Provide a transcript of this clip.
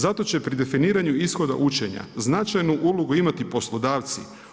Zato će pri definiranju ishoda učenja značajnu ulogu imati poslodavci.